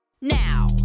now